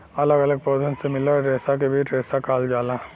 अलग अलग पौधन से मिलल रेसा के बीज रेसा कहल जाला